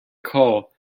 call